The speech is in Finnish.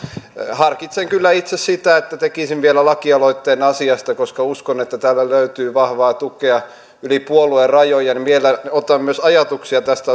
harkitsen kyllä itse sitä että tekisin vielä lakialoitteen asiasta koska uskon että täältä löytyy vahvaa tukea yli puoluerajojen otan myös vastaan ajatuksia tästä